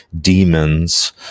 demons